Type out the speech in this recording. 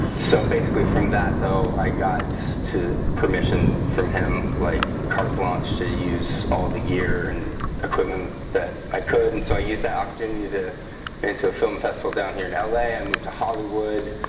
so basically from that though i got two permission from him like carte blanche to use all the year and equipment that i could and so i used that opportunity to into a film festival down here in la i and moved to hollywood